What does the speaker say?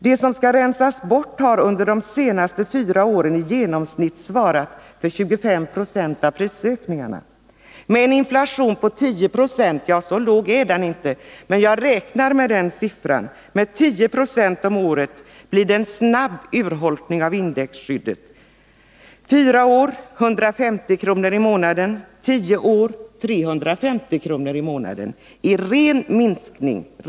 Det som skall rensas bort har under de fyra senaste åren i genomsnitt svarat för 25 20 av prisökningarna. Med en inflation på 10 96 — ja, så låg är inte inflationen, men jag räknar med den siffran — om året blir det en snabb urholkning av indexskyddet: på fyra år 150 kr. i månaden, på tio år 350 kr. i månaden i ren real minskning.